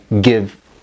give